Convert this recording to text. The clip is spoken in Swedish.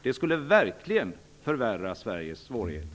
Det skulle verkligen förvärra Sveriges svårigheter.